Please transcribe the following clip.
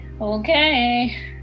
Okay